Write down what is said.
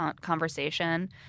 conversation